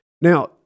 Now